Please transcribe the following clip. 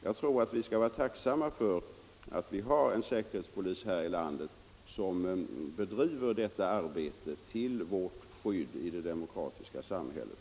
Jag tror att vi skall vara tacksamma för att vi har en säkerhetspolis här i landet som bedriver detta arbete till vårt skydd i det demokratiska samhället.